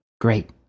Great